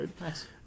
Nice